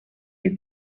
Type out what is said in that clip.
you